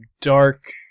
dark